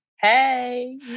Hey